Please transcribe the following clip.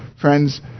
Friends